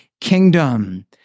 kingdom